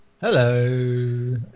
Hello